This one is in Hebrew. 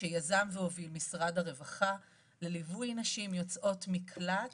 שיזם והוביל משרד הרווחה לליווי נשים יוצאות מקלט